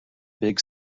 big